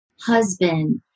husband